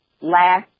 last